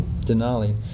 Denali